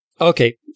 Okay